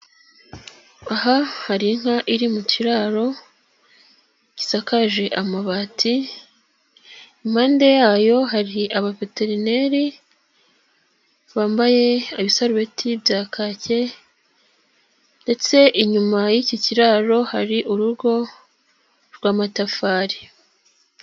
Aha hari inka iri mu kiraro gisakaje amabati, impande yayo hari abaveterineri bambaye ibisarubeti bya kake ndetse inyuma y'iki kiraro hari urugo rw'amatafari.